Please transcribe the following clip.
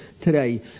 today